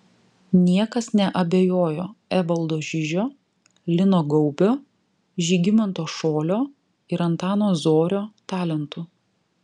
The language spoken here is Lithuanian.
niekas neabejojo evaldo žižio lino gaubio žygimanto šolio ir antano zorio talentu